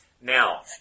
Now